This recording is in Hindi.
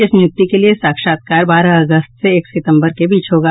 इस नियुक्ति के लिये साक्षात्कार बारह अगस्त से एक सितंबर के बीच होगा